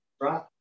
right